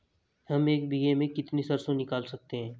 हम एक बीघे में से कितनी सरसों निकाल सकते हैं?